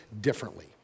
differently